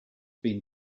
been